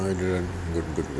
no I didn't good good good